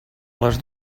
les